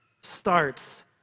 starts